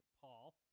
Paul